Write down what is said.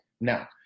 Now